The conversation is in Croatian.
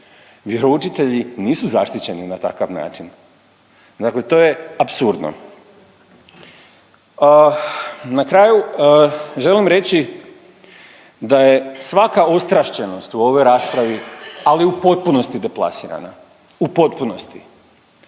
vjeroučitelji nisu zaštićeni na takav način. Dakle, to je apsurdno. Na kraju želim reći da je svaka ostrašćenost u ovoj raspravi, ali u potpunosti deplasirana, u potpunosti.